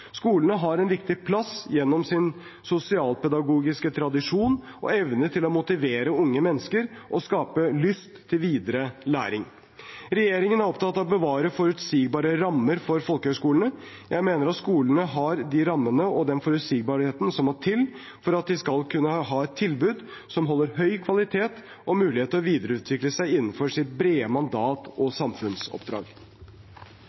Skolene har en viktig plass gjennom sin sosialpedagogiske tradisjon og evne til å motivere unge mennesker og skape lyst til videre læring. Regjeringen er opptatt av å bevare forutsigbare rammer for folkehøyskolene. Jeg mener at skolene har de rammene og den forutsigbarheten som må til for at de skal kunne ha et tilbud som holder høy kvalitet, og mulighet til å videreutvikle seg innenfor sitt brede mandat